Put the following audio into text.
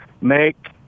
make